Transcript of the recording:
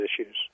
issues